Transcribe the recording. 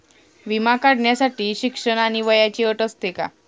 विमा काढण्यासाठी शिक्षण आणि वयाची अट असते का?